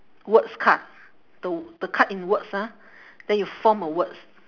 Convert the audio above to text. words card the the card in words ah then you form a words